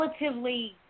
relatively